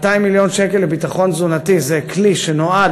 200 מיליון שקל לביטחון תזונתי זה כלי שנועד